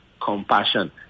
compassion